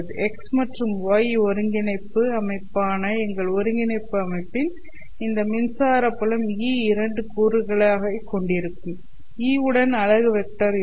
X மற்றும் y ஒருங்கிணைப்பு அமைப்பான எங்கள் ஒருங்கிணைப்பு அமைப்பில் இந்த மின்சார புலம் E இரண்டு கூறுகளைக் கொண்டிருக்கும் E உடன் அலகு வெக்டர் இருக்கும்